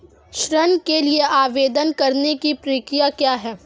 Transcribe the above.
ऋण के लिए आवेदन करने की प्रक्रिया क्या है?